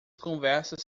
conversas